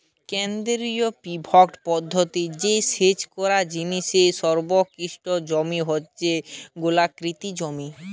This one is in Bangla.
কেন্দ্রীয় পিভট পদ্ধতি রে সেচ করার জিনে সর্বোৎকৃষ্ট জমি হয়ঠে গোলাকৃতি জমি